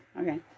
okay